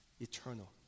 eternal